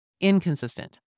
Inconsistent